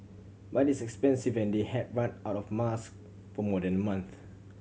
but it is expensive and they had run out of mask for more than a month